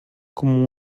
com